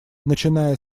начиная